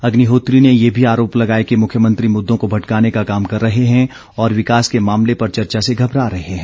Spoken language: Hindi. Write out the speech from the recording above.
अग्निहोत्री ने ये भी आरोप लगाया कि मुख्यमंत्री मुद्दों को भटकाने का काम कर रहे हैं और विकास के मामले पर चर्चा से घबरा रहे हैं